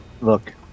look